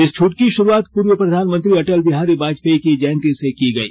इस छूट की शुरूआत पूर्व प्रधानमंत्री अटल बिहारी वाजपेयी की जयंती से की गई